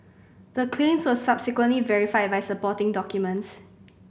the claims were subsequently verified by supporting documents